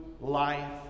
life